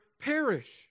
perish